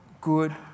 good